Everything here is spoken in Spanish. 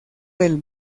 del